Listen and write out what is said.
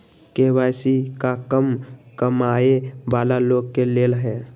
KYC का कम कमाये वाला लोग के लेल है?